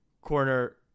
corner